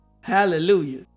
hallelujah